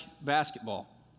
basketball